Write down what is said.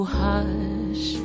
hush